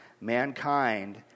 mankind